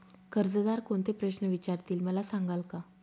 कर्जदार कोणते प्रश्न विचारतील, मला सांगाल का?